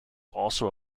also